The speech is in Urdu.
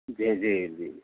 جی جی جی